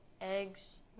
eggs